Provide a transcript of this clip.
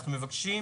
אנחנו מבקשים,